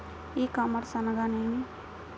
ఈ కామర్స్ అనగా నేమి?